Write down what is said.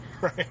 Right